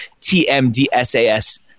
TMDSAS